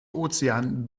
ozean